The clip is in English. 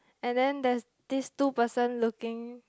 and then there's this two person looking